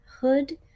hood